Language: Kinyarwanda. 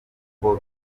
uko